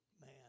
man